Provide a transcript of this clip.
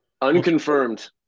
Unconfirmed